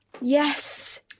Yes